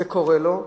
זה קורה לו,